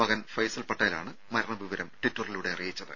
മകൻ ഫൈസൽ പട്ടേലാണ് മരണവിവരം ട്വിറ്ററിലൂടെ അറിയിച്ചത്